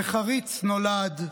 / איך עריץ נולד?